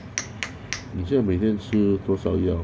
你现在每天吃多少药